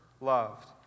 loved